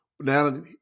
Now